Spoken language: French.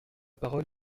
parole